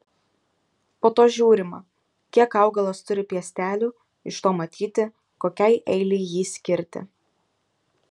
po to žiūrima kiek augalas turi piestelių iš to matyti kokiai eilei jį skirti